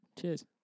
cheers